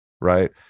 right